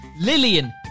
Lillian